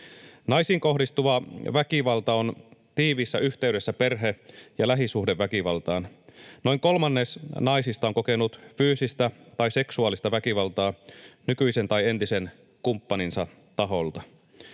Naisiin kohdistuva väkivalta on tiiviissä yhteydessä perhe- ja lähisuhdeväkivaltaan. Noin kolmannes naisista on kokenut fyysistä tai seksuaalista väkivaltaa nykyisen tai entisen kumppaninsa taholta.